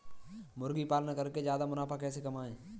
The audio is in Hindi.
मुर्गी पालन करके ज्यादा मुनाफा कैसे कमाएँ?